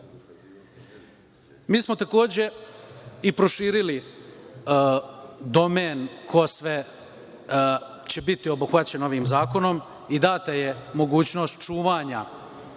Mi smo takođe i proširili domen ko će sve biti obuhvaćen ovim zakonom i data je mogućnost čuvanja